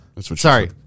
Sorry